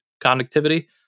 conductivity